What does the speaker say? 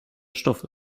stoffe